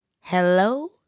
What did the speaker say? Hello